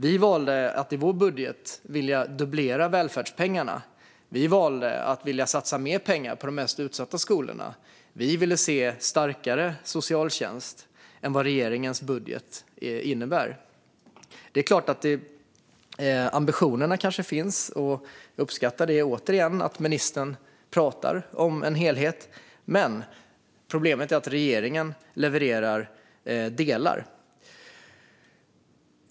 Vi valde att i vår budget dubblera välfärdspengarna. Vi valde att satsa mer pengar på de mest utsatta skolorna. Vi ville se en starkare socialtjänst än vad regeringens budget innebär. Ambitionerna kanske finns, och jag uppskattar att ministern pratar om en helhet. Problemet är att det som regeringen levererar är delar.